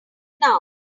now